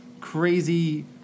crazy